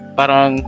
parang